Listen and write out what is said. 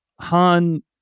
Han